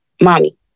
mommy